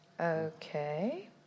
Okay